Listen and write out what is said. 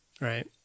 right